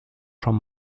schon